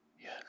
Yes